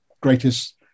greatest